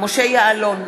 משה יעלון,